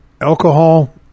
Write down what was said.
alcohol